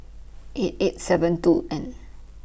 eight eight seven two end